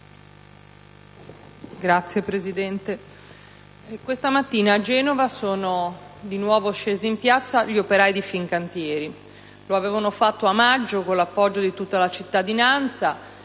Signor Presidente, questa mattina a Genova sono di nuovo scesi in piazza gli operai di Fincantieri. Lo avevano già fatto a maggio, con l'appoggio di tutta la cittadinanza.